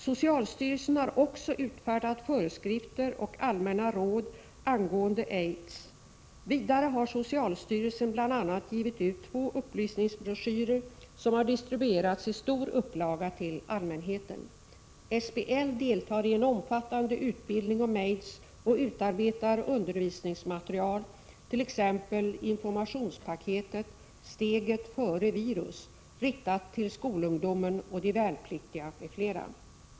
Socialstyrelsen har också utfärdat föreskrifter och allmänna råd angående aids 1985:4). Vidare har socialstyrelsen bl.a. givit ut två upplysningsbroschyrer, som har distribuerats i stor upplaga till allmänheten. SBL deltar i en omfattande utbildning om aids och utarbetar undervisningsmaterial, t.ex. informationspaketet ”Steget före virus”, riktat till skolungdomen och de värnpliktiga m.fl.